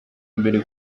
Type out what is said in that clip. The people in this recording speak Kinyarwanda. imbere